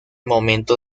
momento